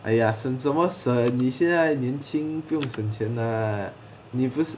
!aiya! 省什么省你现在年轻不用省钱 ah 你不是